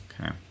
Okay